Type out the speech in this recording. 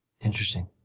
interesting